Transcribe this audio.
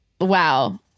Wow